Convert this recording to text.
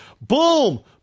Boom